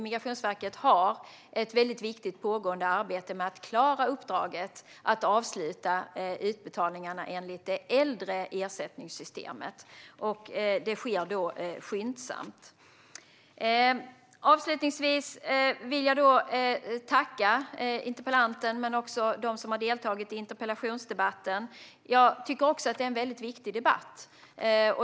Migrationsverket har ett pågående arbete med att klara uppdraget att avsluta utbetalningarna enligt det äldre ersättningssystemet, och detta sker skyndsamt. Avslutningsvis vill jag tacka interpellanten och dem som har deltagit i debatten. Jag tycker också att det är en väldigt viktig debatt.